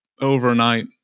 overnight